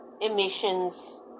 emissions